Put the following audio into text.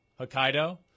Hokkaido